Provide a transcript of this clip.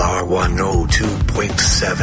r102.7